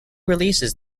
releases